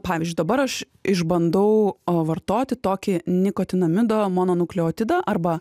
pavyzdžiui dabar aš išbandau o vartoti tokį nikotinamido mononukleotidą arba